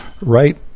right